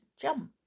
jump